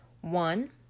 One